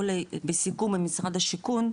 או בסיכום עם משרד השיכון,